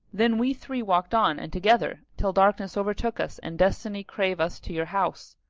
then we three walked on and together till darkness overtook us and destiny crave us to your house.